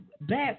best